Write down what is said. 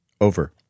Over